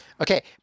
Okay